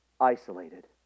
isolated